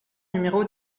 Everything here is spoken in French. numéro